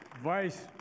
Vice